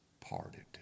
parted